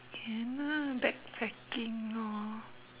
can ah backpacking lor